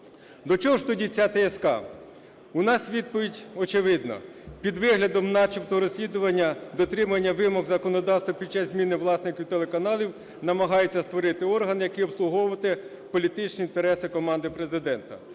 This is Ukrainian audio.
До чого ж тоді ця ТСК? У нас відповідь очевидна. Під виглядом начебто розслідування дотримання вимог законодавства під час зміни власників телеканалів намагаються створити орган, який обслуговуватиме політичні інтереси команди Президента.